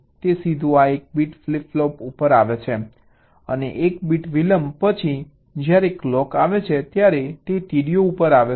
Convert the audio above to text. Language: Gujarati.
તે સીધું આ 1 બીટ ફ્લિપ ફ્લોપ ઉપર આવે છે અને 1 બીટ વિલંબ પછી જ્યારે કલોક આવે છે ત્યારે તે TDO ઉપર આવે છે